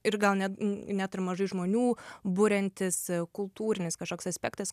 ir gal net net ir mažai žmonių buriantis kultūrinis kažkoks aspektas